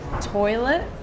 toilet